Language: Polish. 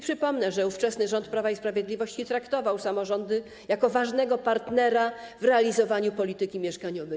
Przypomnę, że ówczesny rząd Prawa i Sprawiedliwości traktował samorządy jako ważnego partnera w realizowaniu polityki mieszkaniowej.